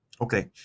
Okay